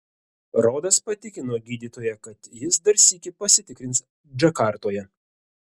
rodas patikino gydytoją kad jis dar sykį pasitikrins džakartoje